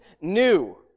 new